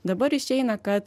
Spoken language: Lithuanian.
dabar išeina kad